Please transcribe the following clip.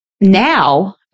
Now